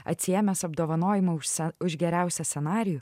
atsiėmęs apdovanojimą už sa už geriausią scenarijų